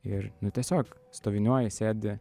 ir tiesiog stoviniuoji sėdi